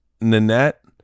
Nanette